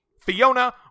Fiona